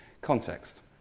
Context